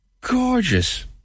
gorgeous